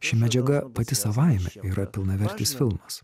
ši medžiaga pati savaime yra pilnavertis filmas